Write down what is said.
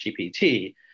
GPT